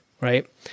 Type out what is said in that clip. right